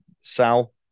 Sal